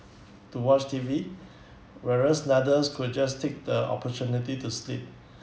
to watch T_V whereas the others could just take the opportunity to sleep